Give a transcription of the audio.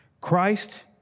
Christ